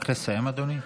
רק תסיים, אדוני.